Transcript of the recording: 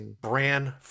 brand